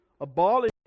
abolishing